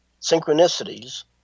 synchronicities